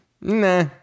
nah